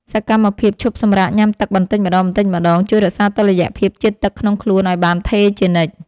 សកម្មភាពឈប់សម្រាកញ៉ាំទឹកបន្តិចម្ដងៗ ជួយរក្សាតុល្យភាពជាតិទឹកក្នុងខ្លួនឱ្យបានថេរជានិច្ច។